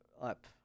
up